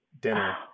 dinner